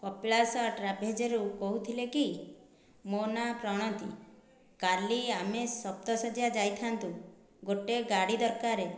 କପିଳାସ ଟ୍ରାଭେଲଜରୁ କହୁଥିଲେ କି ମୋ ନାଁ ପ୍ରଣତି କାଲି ଆମେ ସପ୍ତଶଯ୍ୟା ଯାଇଥାନ୍ତୁ ଗୋଟିଏ ଗାଡ଼ି ଦରକାର